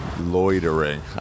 loitering